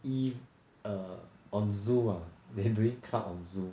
if err on zoom ah they are doing club on zoom